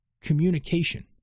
communication